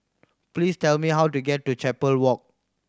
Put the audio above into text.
please tell me how to get to Chapel Road